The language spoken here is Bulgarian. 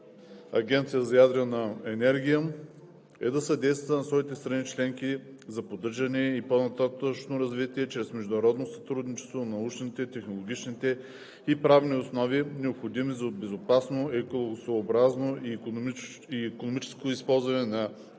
Агенцията за ядрена енергия е да съдейства на своите страни членки за поддържане и по-нататъшно развитие чрез международно сътрудничество на научните, технологичните и правните основи, необходими за безопасно, екологосъобразно и икономично използване на ядрената